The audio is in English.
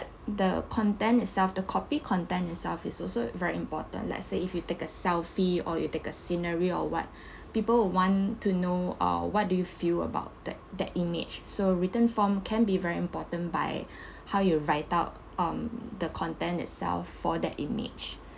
the content itself the copy content itself is also very important let's say if you take a selfie or you take a scenery or what people who want to know uh what do you feel about that that image so written form can be very important by how you write out um the content itself for that image